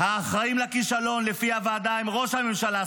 "האחראים לכישלון לפי הוועדה הם: ראש הממשלה,